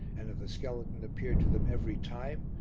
and if the skeleton appeared to them every time,